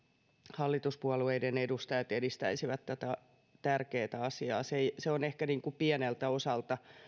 hallituspuolueiden edustajat edistäisivät tätä tärkeätä asiaa se on ehkä pieneltä osalta